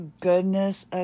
goodness